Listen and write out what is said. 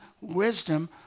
wisdom